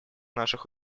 наших